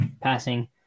passing